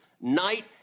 night